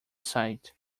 site